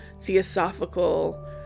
theosophical